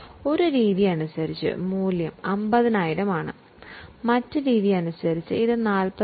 ഉദാഹരണത്തിന് ഒരു രീതി അനുസരിച്ച് മൂല്യം 50000 എന്നും മറ്റ് രീതി അനുസരിച്ച് ഇത് 45000 ആണെന്നും കരുതുക